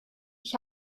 ich